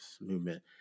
movement